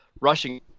rushing